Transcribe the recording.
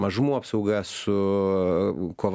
mažumų apsauga su kova